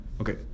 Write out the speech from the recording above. okay